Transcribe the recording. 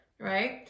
right